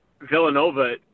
Villanova